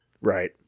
Right